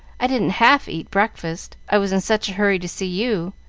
i didn't half eat breakfast, i was in such a hurry to see you,